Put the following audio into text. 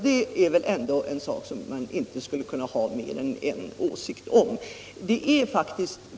Det är väl ändå någonting som man inte skulle behöva ha mer än en åsikt om.